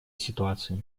ситуации